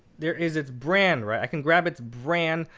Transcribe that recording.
there is its brand. i can grab its brand.